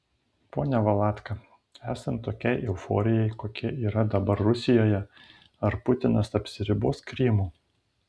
pone valatka esant tokiai euforijai kokia yra dabar rusijoje ar putinas apsiribos krymu